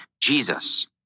Jesus